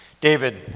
David